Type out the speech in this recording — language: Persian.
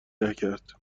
نکرد